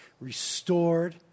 restored